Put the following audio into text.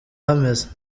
hameze